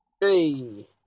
Hey